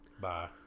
Bye